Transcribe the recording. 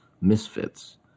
Misfits